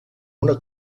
una